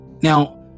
Now